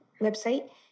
website